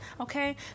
Okay